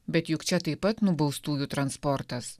bet juk čia taip pat nubaustųjų transportas